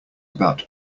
about